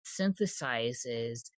synthesizes